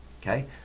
Okay